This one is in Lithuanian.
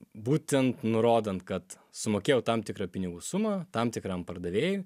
būtent nurodant kad sumokėjau tam tikrą pinigų sumą tam tikram pardavėjui